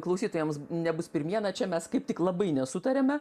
klausytojams nebus pirmiena čia mes kaip tik labai nesutariame